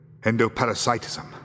Endoparasitism